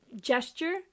gesture